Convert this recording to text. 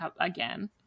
again